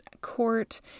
court